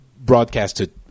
broadcasted